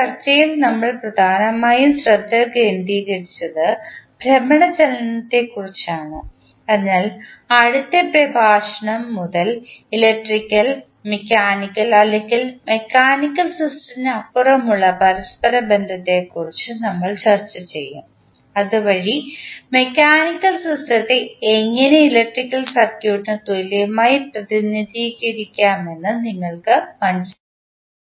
ഈ ചർച്ചയിൽ നമ്മൾ പ്രധാനമായും ശ്രദ്ധ കേന്ദ്രീകരിച്ചത് ഭ്രമണ ചലനത്തെക്കുറിച്ചാണ് അതിനാൽ അടുത്ത പ്രഭാഷണം മുതൽ ഇലക്ട്രിക്കൽ മെക്കാനിക്കൽ അല്ലെങ്കിൽ മെക്കാനിക്കൽ സിസ്റ്റത്തിന് അപ്പുറമുള്ള പരസ്പര ബന്ധത്തെക്കുറിച്ച് നമ്മൾ ചർച്ച ചെയ്യും അതുവഴി മെക്കാനിക്കൽ സിസ്റ്റത്തെ എങ്ങനെ ഇലക്ട്രിക്കൽ സർക്യൂട്ട്നു തുല്യമായി പ്രതിനിധീകരിക്കാമെന്ന് നിങ്ങൾക്ക് മനസിലാക്കാൻ കഴിയും